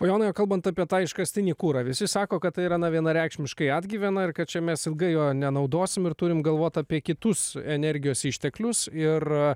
a jonai o kalbant apie tai iškastinį kurą visi sako kad tai yra vienareikšmiškai atgyvena ir kad čia mes ilgai jo nenaudosime ir turime galvoti apie kitus energijos išteklius ir